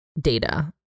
data